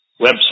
website